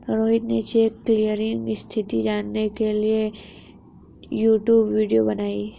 रोहित ने check clearing स्थिति जानने के लिए यूट्यूब वीडियो बनाई